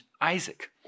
Isaac